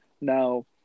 Now